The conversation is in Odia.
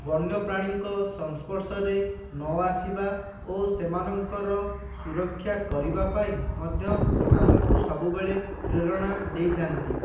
ବନ୍ୟପ୍ରାଣୀଙ୍କ ସଂସ୍ପର୍ଶରେ ନ ଆସିବା ଓ ସେମାନଙ୍କର ସୁରକ୍ଷା କରିବା ପାଇଁ ମଧ୍ୟ ଆମକୁ ସବୁବେଳେ ପ୍ରେରଣା ଦେଇଥାନ୍ତି